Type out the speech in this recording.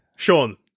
Sean